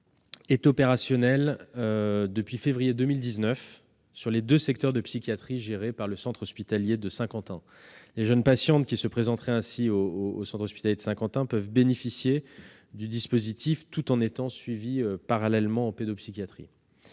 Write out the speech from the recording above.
est opérationnel depuis février 2019 sur les deux secteurs de psychiatrie gérés par le centre hospitalier de Saint-Quentin. Les jeunes patientes qui se présenteraient ainsi dans cet établissement peuvent bénéficier du dispositif, tout en étant suivies parallèlement en pédopsychiatrie.